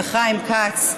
וחיים כץ,